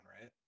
right